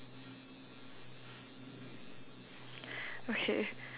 okay